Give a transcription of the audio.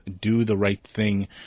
do-the-right-thing